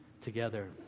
together